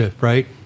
right